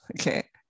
okay